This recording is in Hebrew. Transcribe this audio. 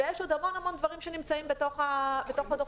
ויש עוד המון דברים שנמצאים בתוך הדוחות.